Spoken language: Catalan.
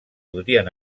podrien